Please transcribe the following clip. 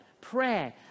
prayer